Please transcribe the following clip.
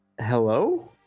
hello